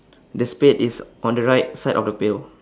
the spade is on the right side of the pail